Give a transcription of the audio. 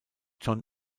john